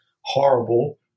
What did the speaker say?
horrible